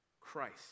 Christ